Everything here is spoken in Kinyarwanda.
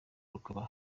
rukaba